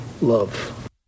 Love